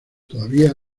todavía